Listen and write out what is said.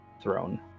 throne